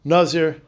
Nazir